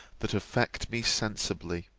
that affect me sensibly.